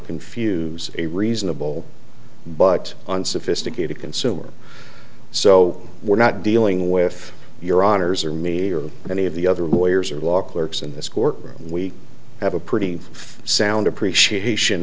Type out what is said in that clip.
confuse a reasonable but unsophisticated consumer so we're not dealing with your honor's or me or any of the other lawyers or walk lurks in this court room we have a pretty sound appreciation